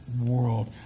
world